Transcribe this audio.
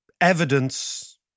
evidence